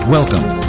Welcome